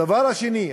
הדבר השני,